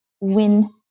win